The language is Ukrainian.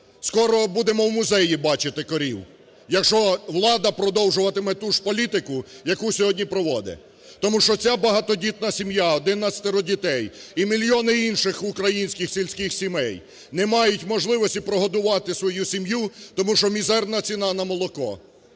скоро будемо в музеї бачити корів, якщо влада продовжуватиме ту ж політику, яку сьогодні проводе. Тому що ця багатодітна сім'я, 11 дітей, і мільйони інших українських сільських сімей не мають можливості прогодувати свою сім'ю, тому що мізерна ціна на молоко.